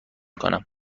کنم